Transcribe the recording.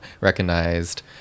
recognized